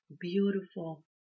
beautiful